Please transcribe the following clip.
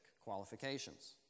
qualifications